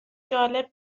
جالب